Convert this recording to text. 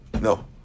No